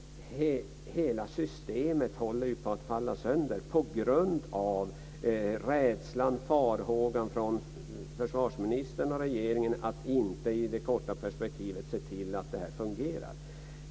Hela systemet håller på att falla sönder på grund av rädslan och farhågan från försvarsministern och regeringen att inte i det korta perspektivet se till att det fungerar.